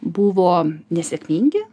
buvo nesėkmingi